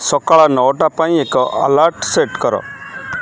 ସକାଳ ନଅଟା ପାଇଁ ଏକ ଆଲାର୍ମ ସେଟ୍ କର